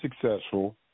successful